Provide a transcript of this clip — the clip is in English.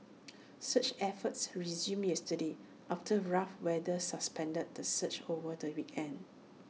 search efforts resumed yesterday after rough weather suspended the search over the weekend